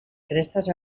crestes